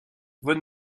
von